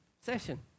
session